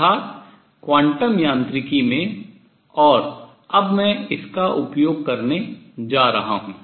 अर्थात क्वांटम यांत्रिकी में और अब मैं इसका उपयोग करने जा रहा हूँ